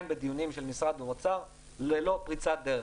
בדיונים של משרד האוצר ללא פריצת דרך.